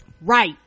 right